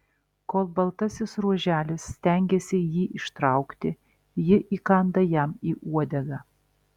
kol baltasis ruoželis stengiasi jį ištraukti ji įkanda jam į uodegą